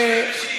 היום קיש זה שיק.